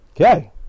Okay